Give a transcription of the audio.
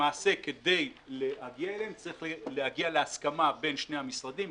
למעשה כדי להגיע אליהן צריך להגיע להסכמה בין שני המשרדים,